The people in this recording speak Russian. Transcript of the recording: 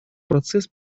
процесс